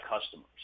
customers